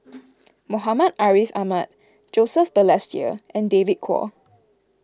Muhammad Ariff Ahmad Joseph Balestier and David Kwo